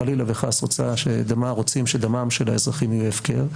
חלילה וחס, רוצים שדמם של האזרחים יהיה הפקר.